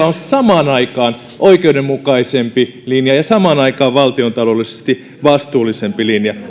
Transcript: on samaan aikaan oikeudenmukaisempi linja ja samaan aikaan valtiontaloudellisesti vastuullisempi linja